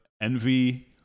Envy